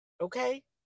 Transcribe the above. Okay